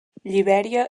libèria